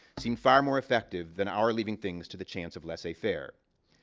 seemed far more effective than our leaving things to the chance of laissez faire.